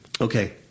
Okay